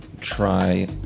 try